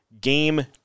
game